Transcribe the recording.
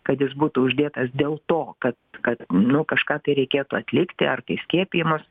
kad jis būtų uždėtas dėl to kad kad nu kažką tai reikėtų atlikti ar tai skiepijimas